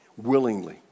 Willingly